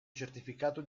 certificato